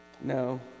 no